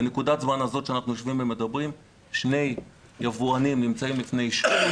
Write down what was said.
בנקודת הזמן הזאת שאנחנו יושבים ומדברים שני יבואנים נמצאים לפני אישור,